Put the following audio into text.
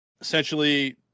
Essentially